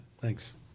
Thanks